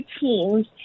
teams